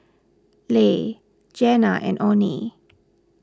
Le Jeanna and oney